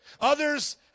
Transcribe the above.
Others